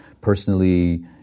personally